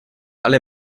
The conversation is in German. alle